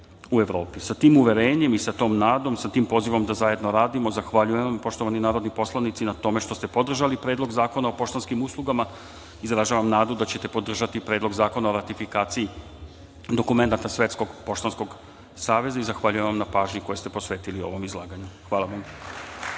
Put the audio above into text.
tim uverenjem i sa tom nadom, sa tim pozivom da zajedno radimo, zahvaljujem vam poštovani narodni poslanici, na tome što ste podržali Predlog zakona o poštanskim uslugama. Izražavam nadu da će te podržati Predlog zakona o ratifikaciji dokumenata Svetskog poštanskog saveza. Zahvaljujem na pažnji koju ste posvetili ovom izlaganju. Hvala vam.